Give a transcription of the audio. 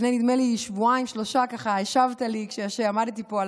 נדמה לי שלפני שבועיים-שלושה השבת לי כשעמדתי פה על